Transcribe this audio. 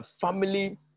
family